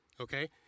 Okay